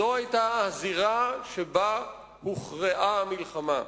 זו היתה הזירה שבה הוכרעה המלחמה.